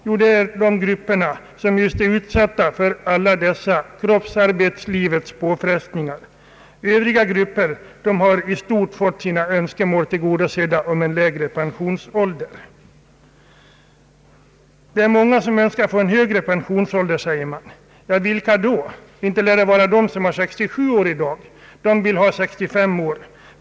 Jo, det är de yrkesgrupper som just utsätts för alla de påfrestningar som hårt kroppsarbete innebär. Övriga grupper har i stort sett fått sina önskemål om en lägre pensionsålder tillgodosedda. Man säger att det är många som öÖnskar få en högre pensionsålder. Vilka då? Inte lär det vara de som har en pensionsålder av 67 år i dag — dessa vill ha en sänkning av pensionsåldern till 65 år.